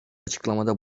açıklamada